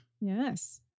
Yes